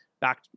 Back